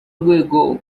rwego